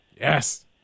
Yes